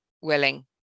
willing